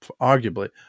arguably